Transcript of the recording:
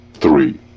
Three